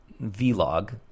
vlog